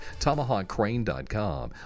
tomahawkcrane.com